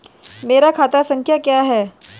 मेरा खाता संख्या क्या है?